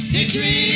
Victory